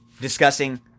discussing